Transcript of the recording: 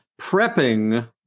Prepping